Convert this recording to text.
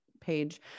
page